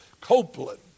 Copeland